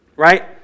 Right